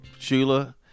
Shula